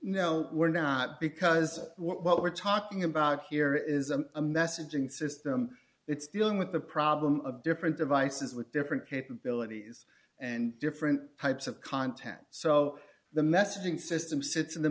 no we're not because what we're talking about here is a message and system it's dealing with the problem of different devices with different capabilities and different types of content so the messaging system sits in the